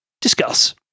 Discuss